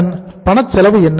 அதன் பணச்செலவு என்ன